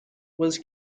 was